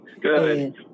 good